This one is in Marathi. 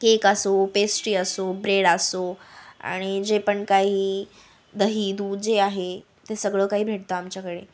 केक असो पेस्ट्री असो ब्रेड असो आणि जे पण काही दही दूध जे आहे ते सगळं काही भेटतं आमच्याकडे